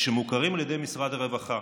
שמוכרים על ידי משרד הרווחה.